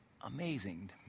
amazing